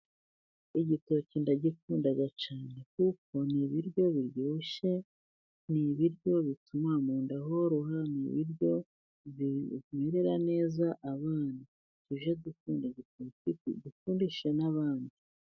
Igitoki ndagikunda cyane ,kuko ni ibiryo biryoshye ni ibiryo bituma mu nda horoha, ni ibiryo bimerera neza abana . Tuje dukunda igitoki, tugikundishe n'abandi